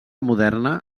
moderna